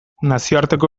nazioarteko